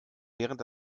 während